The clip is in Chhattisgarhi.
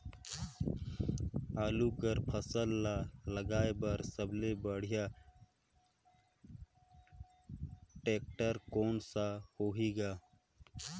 आलू कर फसल ल लगाय बर सबले बढ़िया टेक्टर कोन सा होही ग?